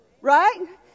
Right